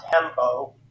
Tempo